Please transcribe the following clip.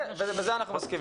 בזה אנחנו מסכימים.